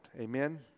Amen